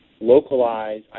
localize